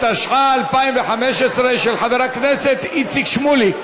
התשע"ה 2015, של חבר הכנסת איציק שמולי.